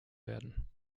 werden